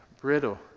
brittle